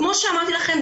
כמו שאמרתי לכם,